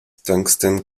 tungsten